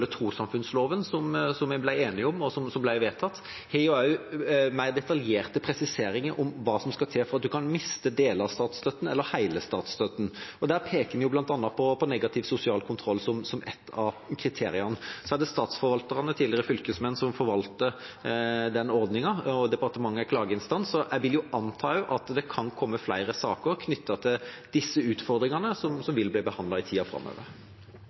trossamfunnsloven som vi ble enige om, og som ble vedtatt, har mer detaljerte presiseringer av hva som skal til for at man kan miste deler av eller hele statsstøtten. Der peker den bl.a. på negativ sosial kontroll som et av kriteriene. Det er statsforvalterne, tidligere fylkesmennene, som forvalter denne ordningen, og departementet er klageinstans, så jeg antar at det kan komme flere saker knyttet til disse utfordringene, som vil bli behandlet i tiden framover.